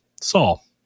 Saul